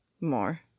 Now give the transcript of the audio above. More